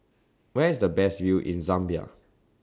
Where IS The Best View in Zambia